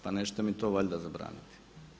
Pa nećete mi to valjda zabraniti?